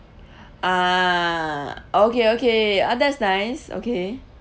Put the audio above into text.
ah okay okay ah that's nice okay